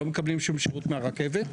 לא מקבלים שום שירות מהרכבת,